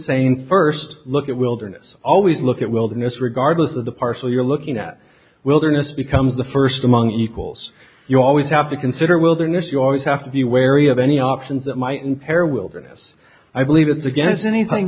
same first look at wilderness always look at wilderness regardless of the parcel you're looking at wilderness becomes the first among equals you always have to consider wilderness yours have to be wary of any options that might impair wilderness i believe it's against anything